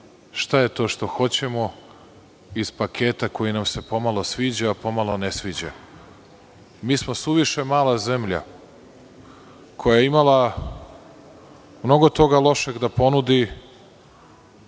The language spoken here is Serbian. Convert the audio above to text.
šta je to što hoćemo iz paketa koji nam se pomalo sviđa, a pomalo ne sviđa. Mi smo suviše mala zemlja, koja je imala mnogo toga lošeg da ponudi